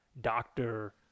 doctor